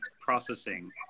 processing